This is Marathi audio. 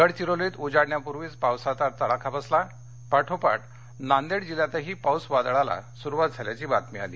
गडचिरोलीत उजाडण्यापुर्वीच पावसाचा तडाखा बसला पाठोपाठ नांदेड जिल्ह्यातही पाऊस वादळाला सुरूवात झाल्याची बातमी आली